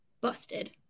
Busted